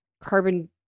carbon